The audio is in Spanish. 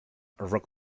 rock